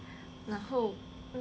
hmm